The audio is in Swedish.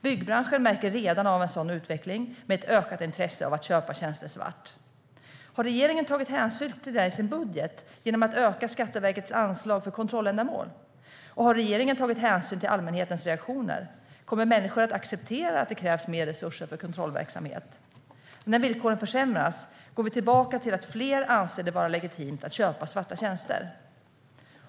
Byggbranschen märker redan av en sådan utveckling, med ett ökat intresse av att köpa tjänster svart. Har regeringen tagit hänsyn till detta i sin budget genom att öka Skatteverkets anslag för kontrolländamål? Har regeringen tagit hänsyn till allmänhetens reaktioner? Kommer människor att acceptera att det krävs mer resurser för kontrollverksamhet? När villkoren försämras, går vi då tillbaka till att fler anser det vara legitimt att köpa svarta tjänster?